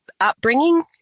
upbringing